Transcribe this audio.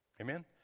Amen